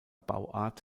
bauart